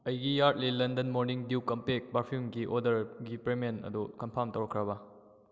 ꯑꯩꯒꯤ ꯌꯥꯔꯗꯂꯦ London morning dew compact ꯄꯔꯐ꯭ꯌꯨꯝꯒꯤ ꯑꯣꯔꯗꯔꯒꯤ ꯄꯦꯃꯦꯟ ꯑꯗꯨ ꯀꯟꯐꯥꯝ ꯇꯧꯔꯛꯈ꯭ꯔꯕꯥ